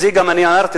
את זה גם אני הערתי,